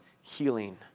healing